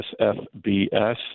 SFBS